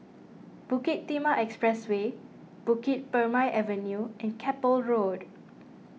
Bukit Timah Expressway Bukit Purmei Avenue and Keppel Road